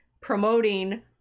promoting